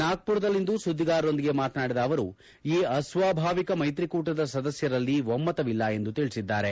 ನಾಗ್ಪರದಲ್ಲಿಂದು ಸುದ್ದಿಗಾರರೊಂದಿಗೆ ಮಾತನಾಡಿದ ಅವರು ಈ ಅಸ್ವಾಭಾವಿಕ ಮೈತ್ರಿಕೂಟದ ಸದಸ್ಯರಲ್ಲಿ ಒಮ್ಮತವಿಲ್ಲ ಎಂದು ತಿಳಿಸಿದ್ದಾರೆ